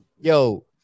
yo